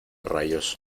rayos